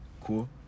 Cool